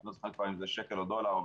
אני לא זוכר אם זה שקל או דולר,